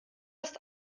ist